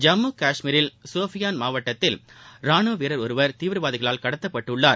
ஜம்மு காஷ்மீரில் சோபியான் மாவட்டத்தில் ராணுவ வீரர் ஒருவர் தீவிரவாதிகளால் கடத்தப்பட்டுள்ளார்